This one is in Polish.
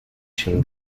się